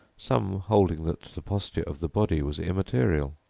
some holding that the posture of the body was immaterial.